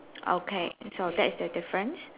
okay so that is the difference